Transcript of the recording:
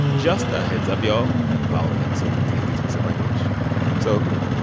just a heads up, y'all. the following episode contains explicit language so, you know,